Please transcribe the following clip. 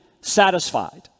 satisfied